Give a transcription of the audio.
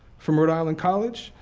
from rhode island college,